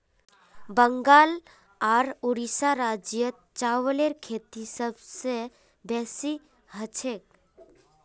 बंगाल आर उड़ीसा राज्यत चावलेर खेती सबस बेसी हछेक